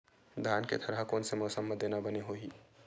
धान के थरहा कोन से मौसम म देना बने होही?